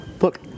Look